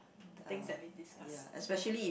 the things that we discuss